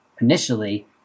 initially